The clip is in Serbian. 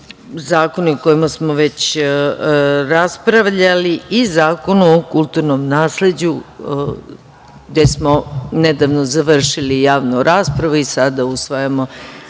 zakoni o kojima smo već raspravljali, i Zakon o kulturnom nasleđu, gde smo nedavno završili javnu raspravu i sada usvajamo